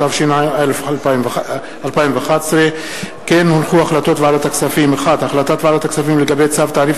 התשע"א 2011. החלטת ועדת הכספים לגבי צו תעריף